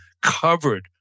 covered